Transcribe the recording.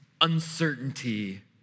uncertainty